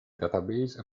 database